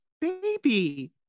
baby